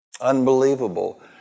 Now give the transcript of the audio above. Unbelievable